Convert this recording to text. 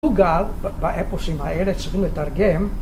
עוגב, באפוסים האלה תריכים לתרגם